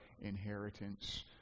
inheritance